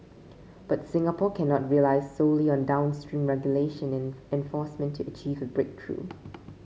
but Singapore cannot rely solely on downstream regulation and enforcement to achieve a breakthrough